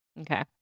Okay